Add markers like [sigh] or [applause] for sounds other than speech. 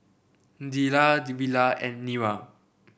Zillah [unintelligible] Villa and Nira